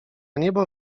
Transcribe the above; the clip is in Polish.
niebo